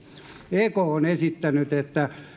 ek on esittänyt että